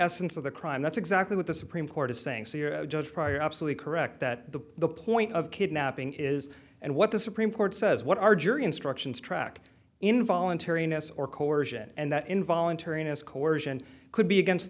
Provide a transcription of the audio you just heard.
essence of the crime that's exactly what the supreme court is saying so you're a judge prior absolutely correct that the the point of kidnapping is and what the supreme court says what our jury instructions track involuntary ness or coercion and that involuntary coersion could be against